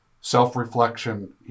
self-reflection